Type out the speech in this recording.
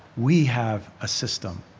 we have a system.